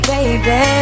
Baby